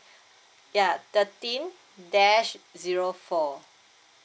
ya thirteen dash zero four